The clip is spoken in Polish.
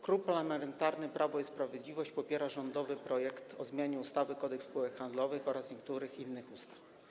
Klub Parlamentarny Prawo i Sprawiedliwość popiera rządowy projekt ustawy o zmianie ustawy Kodeks spółek handlowych oraz niektórych innych ustaw,